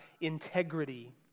integrity